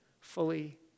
fully